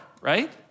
right